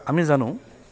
আমি জানো